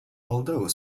although